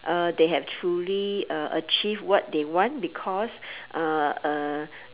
uh they have truly uh achieved what they want because uh uh